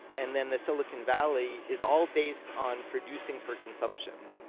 and then the silicon valley, is all based on producing for consumption.